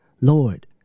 Lord